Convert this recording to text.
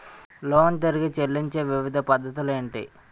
Loan తిరిగి చెల్లించే వివిధ పద్ధతులు ఏంటి?